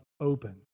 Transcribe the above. open